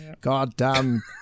goddamn